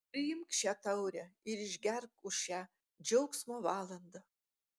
priimk šią taurę ir išgerk už šią džiaugsmo valandą